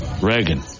Reagan